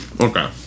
Okay